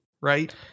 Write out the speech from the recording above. right